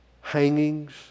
hangings